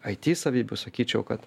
aiti savybių sakyčiau kad